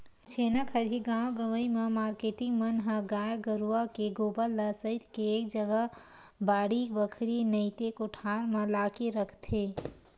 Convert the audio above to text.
छेना खरही गाँव गंवई म मारकेटिंग मन ह गाय गरुवा के गोबर ल सइत के एक जगा बाड़ी बखरी नइते कोठार म लाके रखथे